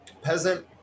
Peasant